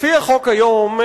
לפי החוק היום,